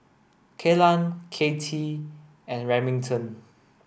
Kelan Katy and Remington